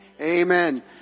Amen